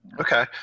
Okay